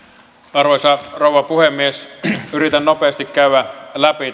arvoisa rouva puhemies yritän nopeasti käydä läpi